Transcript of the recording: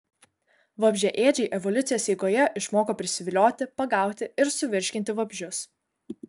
vabzdžiaėdžiai evoliucijos eigoje išmoko prisivilioti pagauti ir suvirškinti vabzdžius